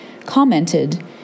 commented